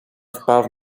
впав